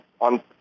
on